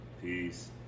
Peace